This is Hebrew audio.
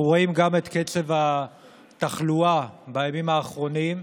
אנחנו רואים גם את קצב התחלואה בימים האחרונים,